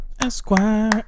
Esquire